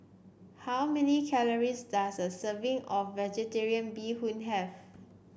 how many calories does a serving of vegetarian Bee Hoon have